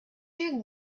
you